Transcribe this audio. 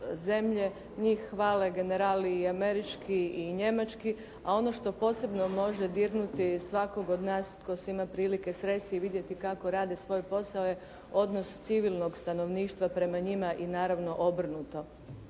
zemlje, njih hvale generali i američki i njemački, a ono što posebno može dirnuti svakog od nas tko se ima prilike sresti i vidjeti kako rade svoj posao je odnos civilnog stanovništva prema njima i naravno obrnuto.